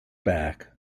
back